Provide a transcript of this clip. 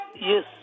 Yes